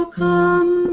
come